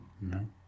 No